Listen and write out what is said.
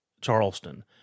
Charleston